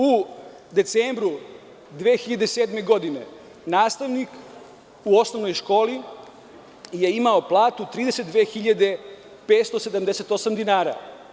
U decembru 2007. godine nastavnik u osnovnoj školi je imao platu 32.578 dinara.